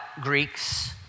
Greeks